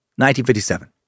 1957